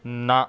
ਨਾ